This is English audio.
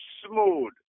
smooth